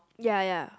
ya ya